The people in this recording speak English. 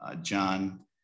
John